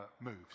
moves